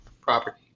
property